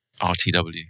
RTW